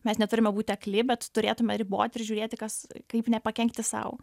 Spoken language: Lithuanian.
mes neturime būti akli bet turėtume riboti ir žiūrėti kas kaip nepakenkti sau